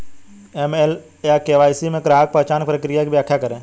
AML या KYC में ग्राहक पहचान प्रक्रिया की व्याख्या करें?